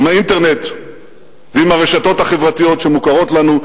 עם האינטרנט ועם הרשתות החברתיות שמוכרות לנו,